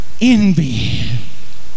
Envy